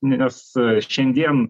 nes šiandien